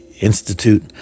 institute